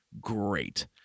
great